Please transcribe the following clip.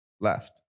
left